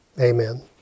Amen